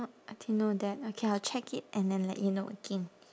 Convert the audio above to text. oh I didn't know that okay I'll check it and then let you know again